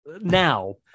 now